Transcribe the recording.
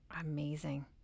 Amazing